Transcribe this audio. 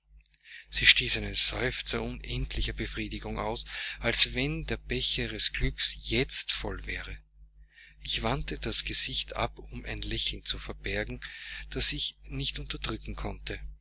sie stieß einen seufzer unendlicher befriedigung aus als wenn der becher ihres glückes jetzt voll wäre ich wandte das gesicht ab um ein lächeln zu verbergen das ich nicht unterdrücken konnte